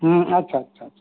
ᱟᱪᱪᱷᱟ ᱟᱪᱪᱷᱟ ᱪᱷᱟ